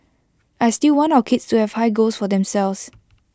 I still want our kids to have high goals for themselves